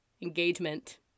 engagement